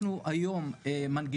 אבל השאלה אם אתה יודע לפגוע ולהגיד,